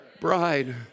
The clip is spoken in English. bride